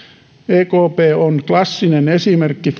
ekp on klassinen esimerkki